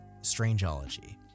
Strangeology